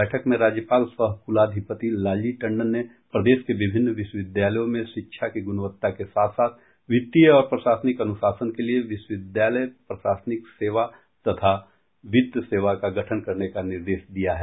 बैठक में राज्यपाल सह कुलाधिपति लालजी टंडन ने प्रदेश के विभिन्न विश्वविद्यालयों में शिक्षा की गुणवत्ता के साथ साथ वित्तीय और प्रशासनिक अनुशासन के लिए विश्वविद्यालय प्रशासनिक सेवा तथा वित्त सेवा का गठन करने का निर्देश दिया है